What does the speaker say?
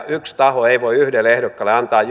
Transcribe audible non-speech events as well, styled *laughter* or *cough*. *unintelligible* yksi taho voisi yhdelle ehdokkaalle antaa *unintelligible*